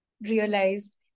realized